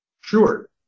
Sure